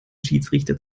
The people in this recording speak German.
schiedsrichter